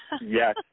Yes